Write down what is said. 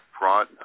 brought